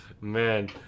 Man